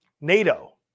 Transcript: NATO